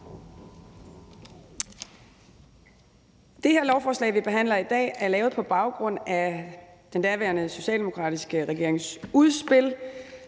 Det her lovforslag, vi behandler i dag, er lavet på baggrund af den daværende socialdemokratiske regerings udspil,